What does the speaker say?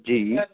जी